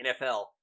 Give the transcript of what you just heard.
NFL